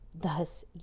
Thus